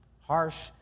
harsh